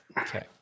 Okay